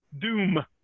doom